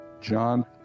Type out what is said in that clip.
John